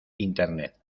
internet